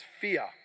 fear